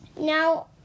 Now